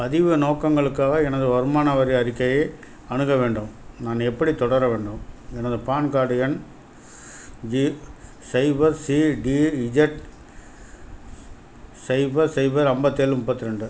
பதிவு நோக்கங்களுக்காக எனது வருமான வரி அறிக்கையை அணுக வேண்டும் நான் எப்படி தொடர வேண்டும் எனது பான் கார்டு எண் G cipher C D E Z cipher cipher ஐம்பத்து ஏழு முப்பத்து ரெண்டு